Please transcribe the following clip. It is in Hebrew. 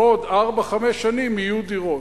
בעוד ארבע-חמש שנים יהיו דירות.